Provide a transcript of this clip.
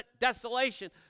desolation